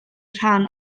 rhan